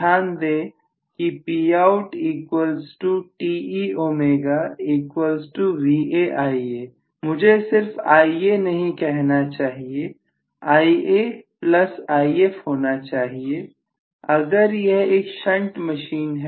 ध्यान दें कि मुझे सिर्फ Ia नहीं कहना चाहिए होना चाहिए अगर यह एक शंट मशीन है